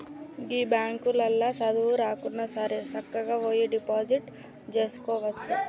గీ బాంకులల్ల సదువు రాకున్నాసరే సక్కగవోయి డిపాజిట్ జేసుకోవచ్చు